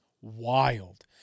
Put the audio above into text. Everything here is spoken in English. wild